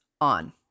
on